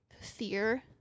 fear